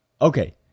Okay